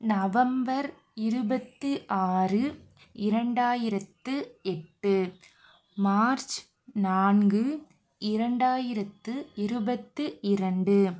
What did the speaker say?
November இருபத்து ஆறு இரண்டாயிரத்து எட்டு மார்ச் நான்கு இரண்டாயிரத்து இருபத்து இரண்டு